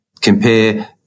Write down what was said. compare